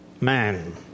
man